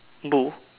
bull